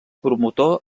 promotor